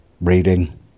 reading